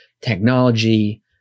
technology